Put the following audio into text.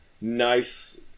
nice